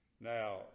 Now